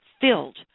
filled